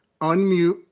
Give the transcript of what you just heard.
unmute